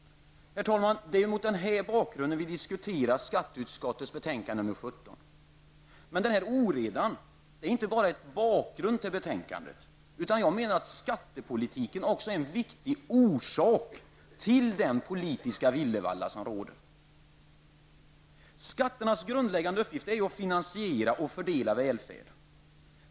Herr talman! Det är mot denna bakgrund vi diskuterar skatteutskottets betänkande nr 17. Men oredan är inte bara en bakgrund till betänkandet, utan jag menar att skattepolitiken också är en viktig orsak till den politiska villervalla som råder. Skatternas grundläggande uppgift är att finansiera och fördela välfärd.